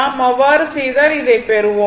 நாம் அவ்வாறு செய்தால் இதைப் பெறுவோம்